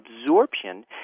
absorption